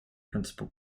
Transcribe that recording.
principal